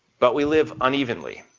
but we live unevenly.